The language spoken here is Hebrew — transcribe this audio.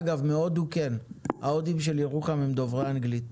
אגב, מהודו כן, ההודים של ירוחם הם דוברי אנגלית,